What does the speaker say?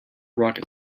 rocket